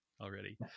already